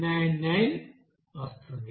999 గా వస్తుంది